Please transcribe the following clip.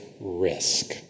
risk